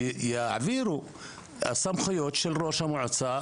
שיעבירו סמכויות של ראש המועצה,